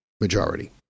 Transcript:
majority